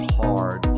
hard